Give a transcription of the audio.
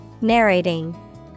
Narrating